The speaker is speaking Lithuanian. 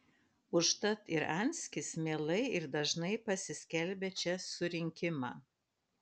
užtat ir anskis mielai ir dažnai pasiskelbia čia surinkimą